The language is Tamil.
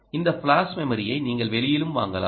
இந்த ஃபிளாஷ் மெமரியை நீங்கள் வெளியிலும் வாங்கலாம்